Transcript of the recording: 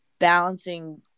balancing